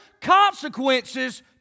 consequences